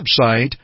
website